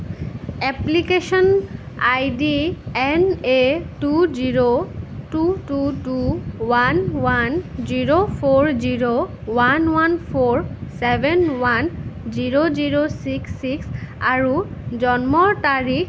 application ID N A two zero two two two one one zero four zero one one four zero one one four seven one zero zero six six আৰু জন্মৰ তাৰিখ